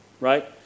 right